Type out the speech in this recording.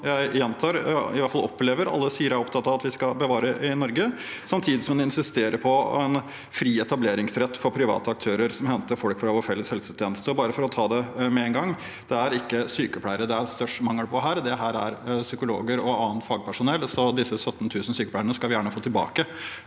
helsevesenet, som i hvert fall jeg opplever at alle sier de er opptatt av at vi skal bevare i Norge, samtidig som en insisterer på fri etableringsrett for private aktører, som henter folk fra vår felles helsetjeneste? Og bare for å ta det med en gang: Det er ikke sykepleiere det er størst mangel på her; det er psykologer og annet fagpersonell. Disse 17 000 sykepleierne skal vi gjerne få tilbake,